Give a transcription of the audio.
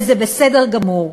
וזה בסדר גמור.